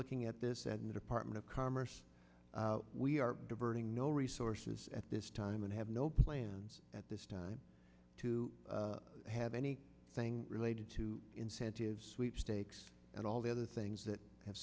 looking at this and the department of commerce we are diverting no resources at this time and have no plans at this time to have any thing related to incentives sweepstakes and all the other things that have